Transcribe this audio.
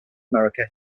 america